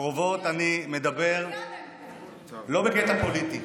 הקרובות אני מדבר לא בקטע פוליטי,